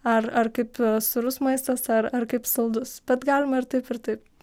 ar ar kaip sūrus maistas ar ar kaip saldus bet galima ir taip ir taip